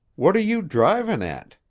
what are you drivin' at?